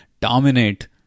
dominate